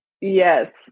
Yes